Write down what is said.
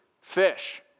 fish